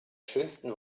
schönsten